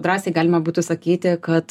drąsiai galima būtų sakyti kad